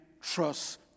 trust